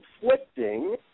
conflicting